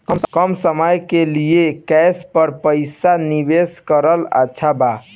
कम समय के लिए केस पर पईसा निवेश करल अच्छा बा?